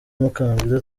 mukandida